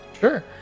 Sure